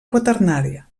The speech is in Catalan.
quaternària